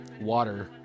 water